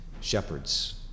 shepherds